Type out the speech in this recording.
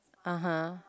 (uh huh)